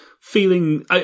Feeling